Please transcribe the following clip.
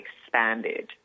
expanded